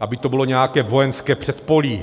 aby to bylo nějaké vojenské předpolí.